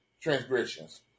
transgressions